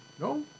No